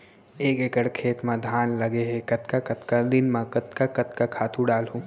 एक एकड़ खेत म धान लगे हे कतका कतका दिन म कतका कतका खातू डालहुँ?